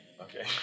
Okay